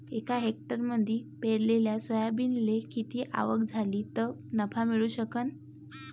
एका हेक्टरमंदी पेरलेल्या सोयाबीनले किती आवक झाली तं नफा मिळू शकन?